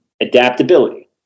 adaptability